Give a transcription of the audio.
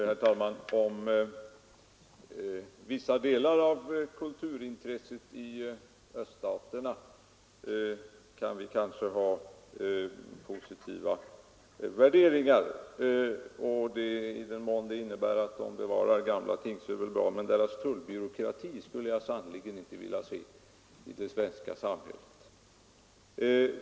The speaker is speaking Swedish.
Herr talman! Vissa delar av kulturintresset i öststaterna kan vi kanske se positivt på — i den mån det innebär att de bevarar gamla ting är det väl bra — men deras tullbyråkrati skulle jag sannerligen inte vilja se i det svenska samhället.